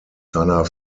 seiner